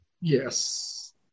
Yes